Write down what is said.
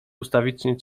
ustawicznie